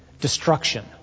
Destruction